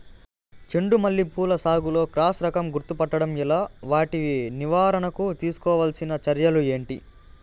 చెండు మల్లి పూల సాగులో క్రాస్ రకం గుర్తుపట్టడం ఎలా? వాటి నివారణకు తీసుకోవాల్సిన చర్యలు ఏంటి?